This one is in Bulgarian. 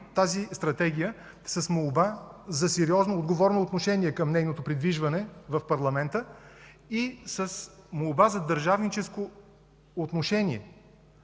тази стратегия с молба за сериозно и отговорно отношение при нейното придвижване в парламента и с молба за държавническо отношение.